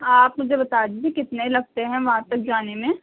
آپ مجھے بتا دیجیے کتنے لگتے ہیں وہاں تک جانے میں